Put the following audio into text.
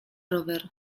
rower